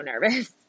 nervous